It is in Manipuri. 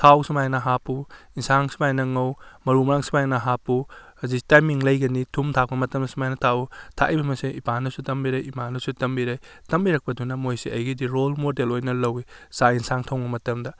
ꯊꯥꯎ ꯁꯨꯃꯥꯏꯅ ꯍꯥꯞꯄꯨ ꯏꯟꯁꯥꯡ ꯁꯨꯃꯥꯏꯅ ꯉꯧ ꯃꯔꯨ ꯃꯔꯥꯡ ꯁꯨꯃꯥꯏꯅ ꯍꯥꯞꯄꯨ ꯑꯁꯤ ꯇꯥꯏꯃꯤꯡ ꯂꯩꯒꯅꯤ ꯊꯨꯝ ꯊꯥꯛꯄ ꯃꯇꯝꯗ ꯁꯨꯃꯥꯏꯅ ꯊꯥꯛꯎ ꯊꯥꯛꯏꯕꯁꯦ ꯏꯄꯥꯅꯁꯨ ꯇꯝꯕꯤꯔꯛꯏ ꯏꯃꯥꯅꯁꯨ ꯇꯝꯕꯤꯔꯛꯏ ꯇꯝꯕꯤꯔꯛꯄꯗꯨꯅ ꯃꯣꯏꯁꯦ ꯑꯩꯒꯤꯗꯤ ꯔꯣꯜ ꯃꯣꯗꯦꯜ ꯑꯣꯏꯅ ꯂꯧꯋꯤ ꯆꯥꯛ ꯏꯟꯁꯥꯡ ꯊꯣꯡꯕ ꯃꯇꯝꯗ